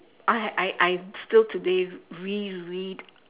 I had I I still today reread